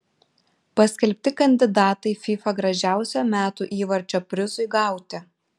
paskelbti kandidatai fifa gražiausio metų įvarčio prizui gauti